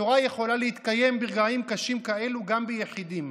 התורה יכולה להתקיים ברגעים קשים כאלה גם ביחידים.